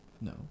No